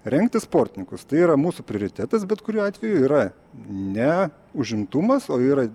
rengti sportininkus tai yra mūsų prioritetas bet kuriuo atveju yra ne užimtumas o yra